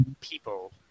people